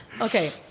okay